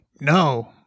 No